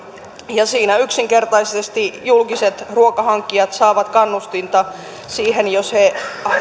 ja siinä yksinkertaisesti julkiset ruokahankkijat saavat kannustinta siihen jos he